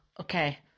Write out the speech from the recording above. Okay